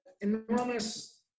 enormous